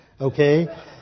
Okay